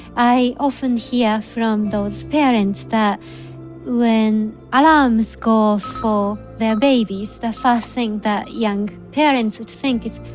i often hear from those parents that when alarms go off for they're babies, the first thing that young parents would think is,